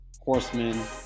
Horsemen